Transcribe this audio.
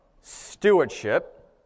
stewardship